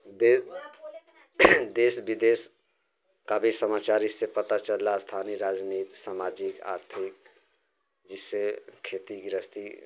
देश देश विदेश का भी समाचार इससे पता चल रहा स्थानीय राजनीति समाजिक आर्थिक जिससे खेती गृहस्थी